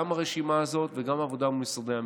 גם הרשימה הזאת וגם עבודה במשרדי הממשלה.